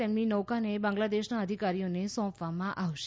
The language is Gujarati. તેમની નૌકાને બાંગ્લાદેશના અધિકારીઓને સોંપવામાં આવશે